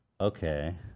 Okay